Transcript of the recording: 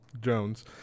Jones